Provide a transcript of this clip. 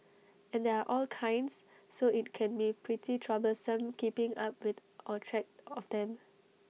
and there are all kinds so IT can be pretty troublesome keeping up with or track of them